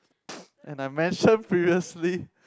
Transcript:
and I mentioned previously